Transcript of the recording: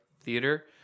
theater